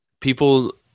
People